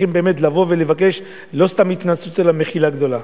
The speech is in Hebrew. צריכים באמת לבוא ולבקש לא סתם התנצלות אלא מחילה גדולה.